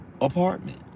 apartment